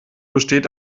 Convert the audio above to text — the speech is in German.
besteht